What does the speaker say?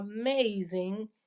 amazing